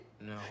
No